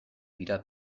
dira